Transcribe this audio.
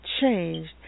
changed